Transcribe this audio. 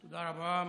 תודה רבה.